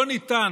לא ניתן,